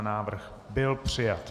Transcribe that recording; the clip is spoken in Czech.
Návrh byl přijat.